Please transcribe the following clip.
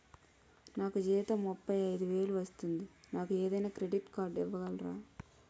నాకు జీతం ముప్పై ఐదు వేలు వస్తుంది నాకు ఏదైనా క్రెడిట్ కార్డ్ ఇవ్వగలరా?